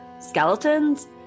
skeletons